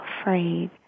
afraid